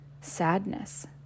sadness